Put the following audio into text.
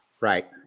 Right